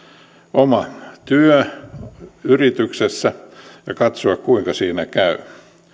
oma työ yrityksessä ja katsoa kuinka siinä käy